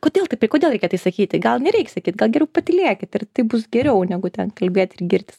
kodėl taip ir kodėl reikia tai sakyti gal nereik sakyt gal geriau patylėkit ir taip bus geriau negu ten kalbėt ir girtis